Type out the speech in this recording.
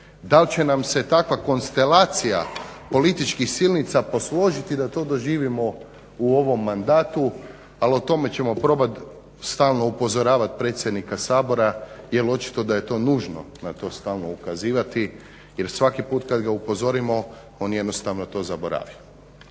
li će nam se takva konstelacija političkih silnica posložiti da to doživimo u ovom mandatu, ali o tome ćemo probati stalno upozoravati predsjednika Sabora jer očito da je to nužno na to stalno ukazivati. Jer svaki put kad ga upozorimo on jednostavno to zaboravi.